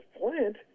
plant